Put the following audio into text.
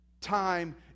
Time